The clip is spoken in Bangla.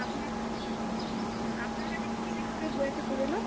আপনার হ্যাঁ আপনার কাছে কী কী লেখকের বই আছে পুরোনো